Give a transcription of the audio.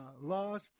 laws